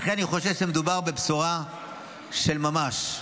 לכן אני חושב שמדובר בבשורה של ממש.